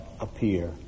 appear